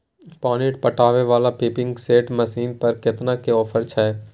पानी पटावय वाला पंपिंग सेट मसीन पर केतना के ऑफर छैय?